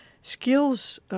skills